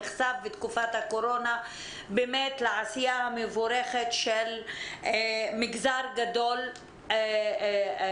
נחשף בתקופת הקורונה לעשייה המבורכת של מגזר גדול זה,